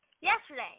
yesterday